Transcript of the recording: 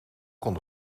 kon